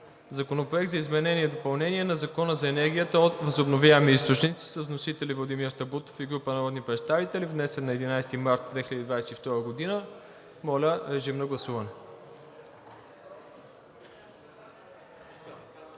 Законопроект за изменение и допълнение на Закона за енергията от възобновяеми източници с вносители Владимир Табутов и група народни представители, внесен на 11 март 2022 г. Моля, режим на гласуване.